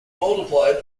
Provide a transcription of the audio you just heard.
multiplied